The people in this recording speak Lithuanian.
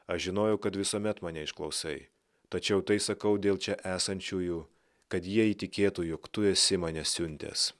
aš žinojau kad visuomet mane išklausai tačiau tai sakau dėl čia esančiųjų kad jie įtikėtų jog tu esi mane siuntęs